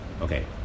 Okay